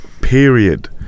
period